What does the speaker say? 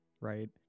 Right